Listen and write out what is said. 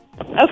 Okay